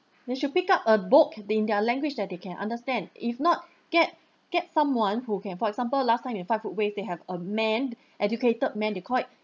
they should pick up a book in their language that they can understand if not get get someone who can for example last time in five foot ways they have a man educated men they call it